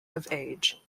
age